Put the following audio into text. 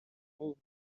move